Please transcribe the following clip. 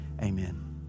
Amen